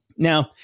Now